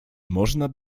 można